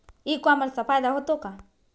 E कॉमर्सचा फायदा होतो का?